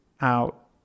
out